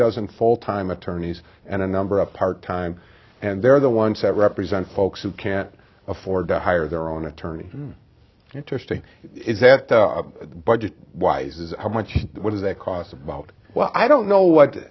dozen full time attorneys and a number of part time and they're the ones that represent folks who can't afford to hire their own attorney interesting is that the budget wise is how much does that cost about well i don't know what